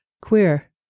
Queer